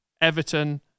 Everton